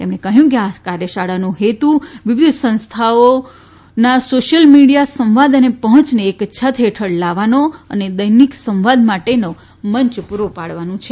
તેમણે કહ્યું કે આ કાર્યશાળાનો હેતુ વિવિધ સંસ્થાઓના સોશ્યલ મીડિયા સંવાદ અને પહોંચને એક છત હેઠળ લાવવાનો અને દૈનિક સંવાદ માટે મંચ પૂરો પાડવાનું છે